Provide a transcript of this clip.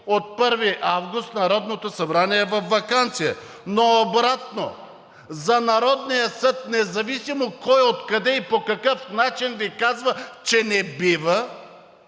от 1 август Народното събрание е във ваканция. Но обратно – за Народния съд независимо кой, откъде и по какъв начин Ви казва, че не бива,